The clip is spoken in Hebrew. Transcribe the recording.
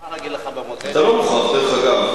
אני מוכרח להגיד לך, אתה לא מוכרח, דרך אגב.